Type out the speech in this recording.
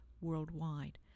worldwide